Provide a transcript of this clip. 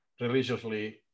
religiously